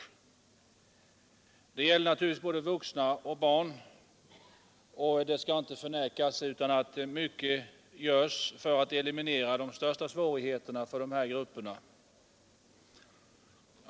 Detta gäller naturligtvis både vuxna och barn, och det skall inte förnekas att mycket görs för att eliminera de största svårigheterna för de här grupperna.